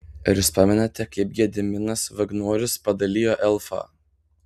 ar jūs dar pamenate kaip gediminas vagnorius padalijo elfą